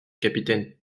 capitaine